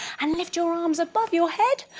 and lift your arms above your head,